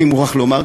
אני מוכרח לומר,